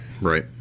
Right